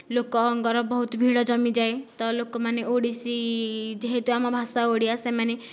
ଲୋକଙ୍କର ବହୁତ ଭିଡ଼ ଜମି ଯାଏ ତ ଲୋକମାନେ ଓଡ଼ିଶୀ ଯେହେତୁ ଆମ ଭାଷା ଓଡ଼ିଆ ସେମାନେ